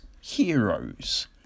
Heroes